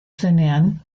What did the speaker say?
zenean